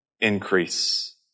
increase